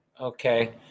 Okay